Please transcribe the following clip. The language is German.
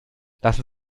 lassen